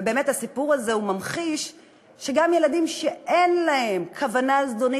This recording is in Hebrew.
ובאמת הסיפור הזה ממחיש שגם ילדים שאין להם כוונה זדונית